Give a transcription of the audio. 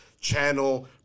channel